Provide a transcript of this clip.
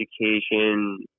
education